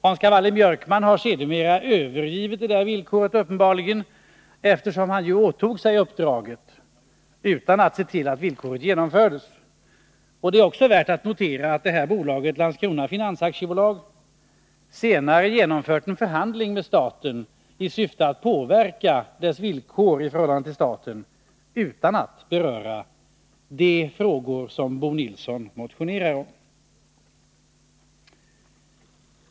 Hans Cavalli-Björkman har sedermera uppenbarligen övergivit detta villkor, eftersom han ju åtog sig uppdraget, utan att se till att villkoret genomfördes. Det är också värt att notera att Landskrona Finans AB senare genomfört en förhandling med staten i syfte att påverka dess villkor i förhållande till staten, utan att beröra de frågor som Bo Nilsson motionerar om.